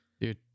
dude